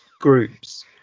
groups